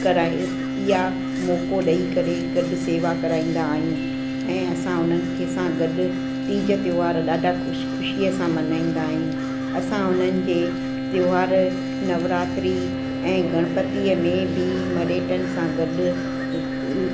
कराए इहो मौको ॾेई करे गॾु शेवा कराईंदा आहियूं ऐं असां उन्हनि खे सां गॾु टीज त्योहार ॾाढा ख़ुशि ख़ुशीअ सां मल्हाईंदा आहियूं असां उन्हनि जे त्योहार नवरात्री ऐं गणपतिअ में बि मर्यटन सां गॾु